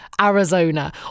Arizona